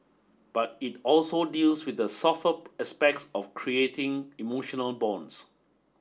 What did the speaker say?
but it also deals with the softer aspects of creating emotional bonds